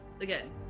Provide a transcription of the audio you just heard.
Again